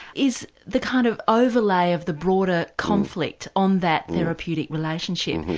is the kind of overlay of the broader conflict on that therapeutic relationship,